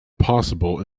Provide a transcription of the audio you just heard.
possible